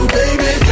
baby